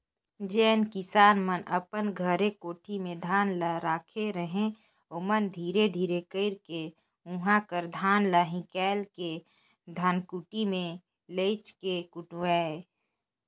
जेन किसान मन अपन घरे कोठी में धान ल राखे रहें ओमन धीरे धीरे कइरके उहां कर धान ल हिंकाएल के धनकुट्टी में लेइज के कुटवाएं